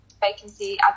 vacancy